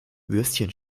würstchen